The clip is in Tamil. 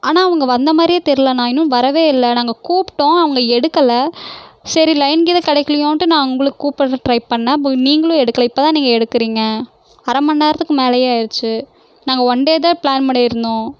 ஆனால் அவங்க வந்தமாதிரியே தெரிலண்ணா இன்னும் வரவே இல்லை நாங்கக் கூப்டோம் அவங்க எடுக்கலை சரி லைன் கீன் கிடைக்கிலியோன்ட்டு நான் உங்களுக்கு கூப்பிடறதுக்கு ட்ரை பண்ணிணேன் அப்போது நீங்களும் எடுக்கலை இப்போதான் நீங்கள் எடுக்கிறீங்க அரை மணிநேரத்துக்கு மேலையே ஆயிருச்சு நாங்கள் ஒன் டே தான் ப்ளான் பண்ணியிருந்தோம்